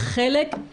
הכנסת סער.